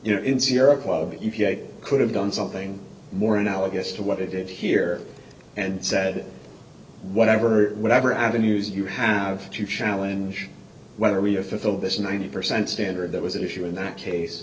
club you could have done something more analogous to what it did here and said whatever whatever avenues you have to challenge whether we are fulfilled this ninety percent standard that was at issue in that case